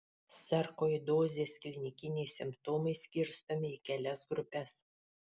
sarkoidozės klinikiniai simptomai skirstomi į kelias grupes